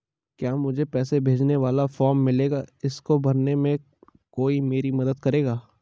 क्या मुझे पैसे भेजने वाला फॉर्म मिलेगा इसको भरने में कोई मेरी मदद करेगा?